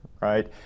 right